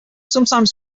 sometimes